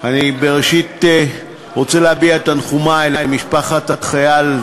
אני בראשית דברי רוצה להביע את תנחומי למשפחת החייל,